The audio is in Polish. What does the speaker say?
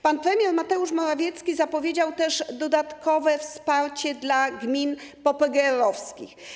Pan premier Mateusz Morawiecki zapowiedział też dodatkowe wsparcie dla gmin popegeerowskich.